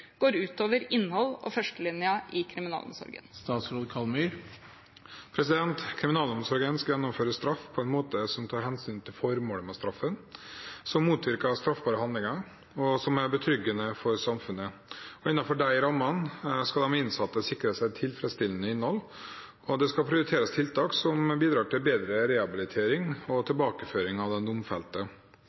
går ut over innhold og 1. linja i kriminalomsorgen?» Kriminalomsorgen skal gjennomføre straff på en måte som tar hensyn til formålet med straffen, som motvirker straffbare handlinger, og som er betryggende for samfunnet. Innenfor de rammene skal de innsatte sikres et tilfredsstillende innhold, og det skal prioriteres tiltak som bidrar til bedre rehabilitering og tilbakeføring av den domfelte.